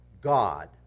God